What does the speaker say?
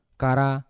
kara